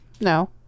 no